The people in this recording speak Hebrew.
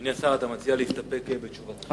אדוני השר, אתה מציע להסתפק בתשובתך?